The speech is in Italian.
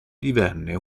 divenne